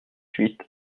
huit